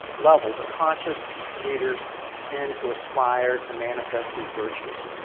level, but conscious leaders tend to aspire to manifest these virtues.